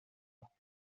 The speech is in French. ans